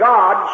God